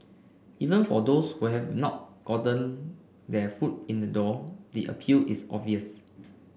even for those who have not gotten their foot in the door the appeal is obvious